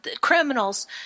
criminals